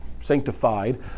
sanctified